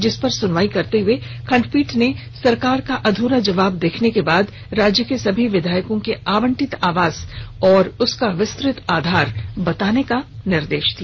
जिस पर सुनवाई करते हुए खंडपीठ ने सरकार का अध्रा जवाब देखने के बाद राज्य के सभी विधायकों के आवंटित आवास और उसका विस्तृत आधार बताने का आदेश दिया